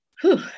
Whew